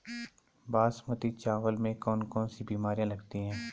बासमती चावल में कौन कौन सी बीमारियां लगती हैं?